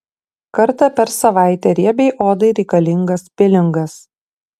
kartą per savaitę riebiai odai reikalingas pilingas